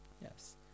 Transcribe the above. Yes